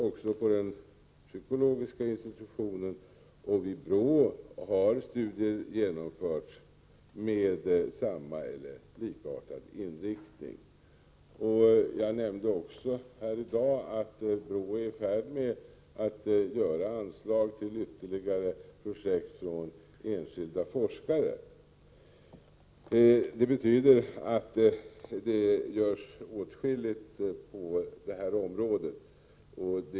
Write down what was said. Också vid den psykologiska institutionen och vid BRÅ har studier genomförts med samma eller likartad inriktning. Jag nämnde också tidigare att BRÅ är i färd med att anslå medel till ytterligare projekt som enskilda forskare arbetar med. Det betyder att det görs åtskilligt på det här området.